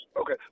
Okay